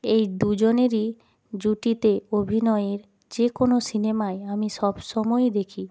এই দুজনেরই জুটিতে অভিনয়ের যে কোনও সিনেমাই আমি সবসময় দেখি